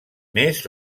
més